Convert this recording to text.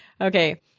Okay